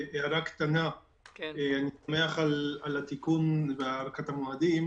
אני שמח על התיקון בהארכת המועדים.